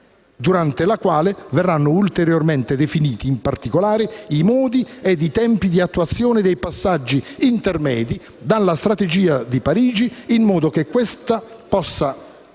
durante la quale verranno ulteriormente definiti, in particolare, i modi e i tempi di attuazione dei passaggi intermedi della strategia di Parigi, in modo che questa possa operare